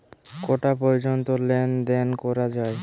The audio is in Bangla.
কটা পর্যন্ত লেন দেন করা য়ায়?